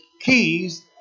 keys